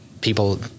People